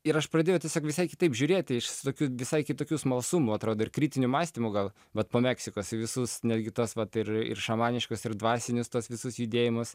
ir aš pradėjau tiesiog visai kitaip žiūrėti iš tokių visai kitokiu smalsumu atrodo ir kritiniu mąstymu gal vat po meksikos į visus netgi tuos vat ir ir šamaniškus ir dvasinius tuos visus judėjimus